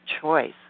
choice